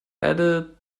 added